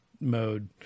mode